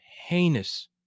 heinous